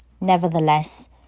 Nevertheless